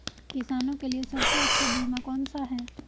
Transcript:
किसानों के लिए सबसे अच्छा बीमा कौन सा है?